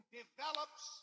develops